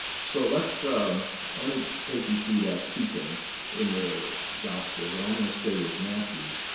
so let's um let me take you through that sequence in the gospels. and i'm going to stay with matthew.